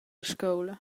scoula